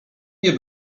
nie